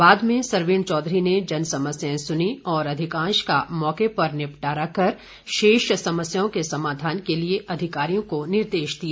बाद में सरवीण चौधरी ने जनसमस्याएं सुनीं और अधिकांश का मौके पर निपटारा कर शेष समस्याओं के समाधान के लिए अधिकारियों को निर्देश दिए